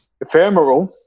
ephemeral